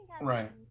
Right